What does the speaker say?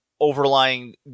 overlying